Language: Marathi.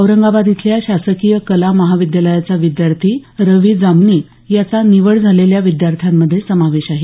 औरंगाबाद इथल्या शासकीय कला महाविद्यालयाचा विद्यार्थी रवी जामनिक याचा निवड झालेल्या विद्यार्थ्यांमध्ये समावेश आहे